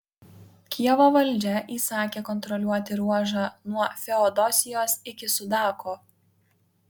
kijevo valdžia įsakė kontroliuoti ruožą nuo feodosijos iki sudako